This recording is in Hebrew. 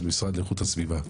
אז המשרד לאיכות הסביבה.